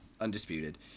undisputed